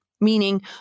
Meaning